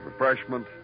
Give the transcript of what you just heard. Refreshment